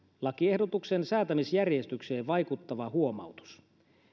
lakiehdotuksen säätämisjärjestykseen vaikuttava huomautus